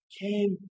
came